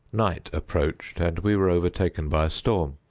night approached, and we were overtaken by a storm.